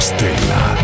Stella